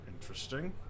interesting